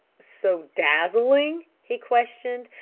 so dazzling, he questioned,